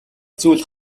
зүйл